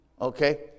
Okay